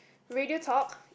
radio talk